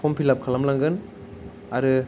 पर्म पिलआप खालामलांगोन आरो